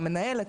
המנהלת,